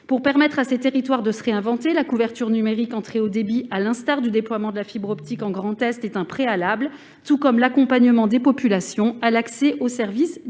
Pour permettre à ces territoires de se réinventer, le développement de la couverture numérique en très haut débit, à l'instar du déploiement de la fibre optique en région Grand Est, est un préalable, tout comme l'accompagnement des populations vers l'accès aux services